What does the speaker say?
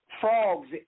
frogs